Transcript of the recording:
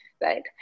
right